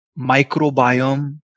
microbiome